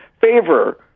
favor